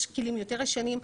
יש כלים יותר ישנים.